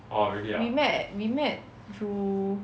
we met at we met through